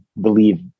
believe